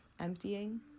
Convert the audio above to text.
emptying